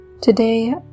today